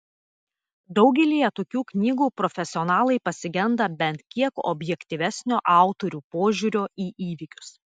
daugelyje tokių knygų profesionalai pasigenda bent kiek objektyvesnio autorių požiūrio į įvykius